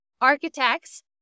architects